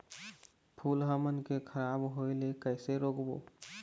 फूल हमन के खराब होए ले कैसे रोकबो?